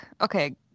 okay